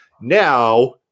now